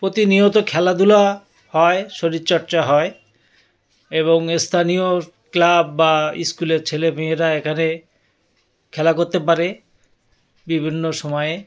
প্রতিনিয়ত খেলাধুলা হয় শরীরচর্চা হয় এবং স্থানীয় ক্লাব বা স্কুলের ছেলে মেয়েরা এখানে খেলা করতে পারে বিভিন্ন সময়ে